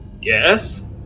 Yes